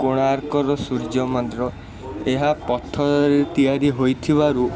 କୋଣାର୍କର ସୂର୍ଯ୍ୟ ମନ୍ଦିର ଏହା ପଥରରେ ତିଆରି ହୋଇଥିବାରୁ